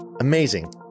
Amazing